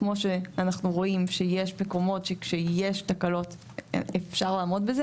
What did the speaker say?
כמו שאנחנו רואים שישי מקומות שכשיש תקלות אז אפשר לעמוד בזה,